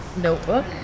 notebook